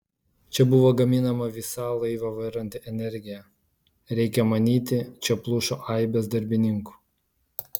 čia buvo gaminama visą laivą varanti energija reikia manyti čia plušo aibės darbininkų